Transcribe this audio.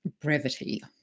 brevity